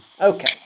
Okay